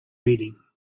reading